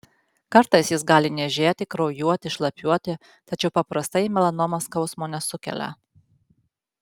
kartais jis gali niežėti kraujuoti šlapiuoti tačiau paprastai melanoma skausmo nesukelia